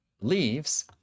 leaves